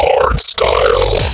Hardstyle